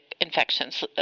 infections